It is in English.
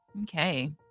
Okay